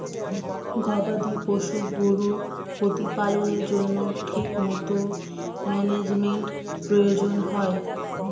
গবাদি পশু গরুর প্রতিপালনের জন্য ঠিকমতো ম্যানেজমেন্টের প্রয়োজন হয়